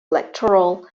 electoral